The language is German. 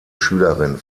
schülerin